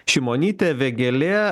šimonytė vėgėlė